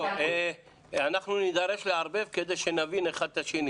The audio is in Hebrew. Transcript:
אנחנו נידרש לערבב כדי שנבין אחד את השני.